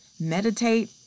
meditate